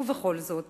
ובכל זאת